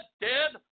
dead